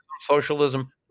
Socialism